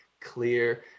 clear